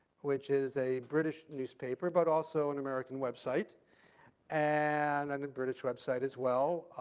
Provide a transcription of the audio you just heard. which is a british newspaper, but also an american website and and a british website as well.